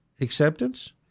acceptance